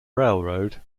railroad